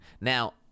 Now